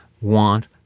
want